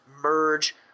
merge